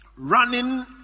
Running